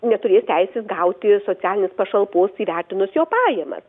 neturės teisės gauti socialinės pašalpos įvertinus jo pajamas